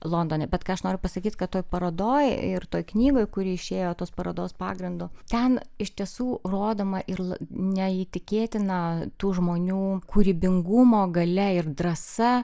londone bet ką aš noriu pasakyt kad toj parodoj ir toj knygoj kuri išėjo tos parodos pagrindu ten iš tiesų rodoma ir neįtikėtina tų žmonių kūrybingumo galia ir drąsa